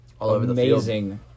amazing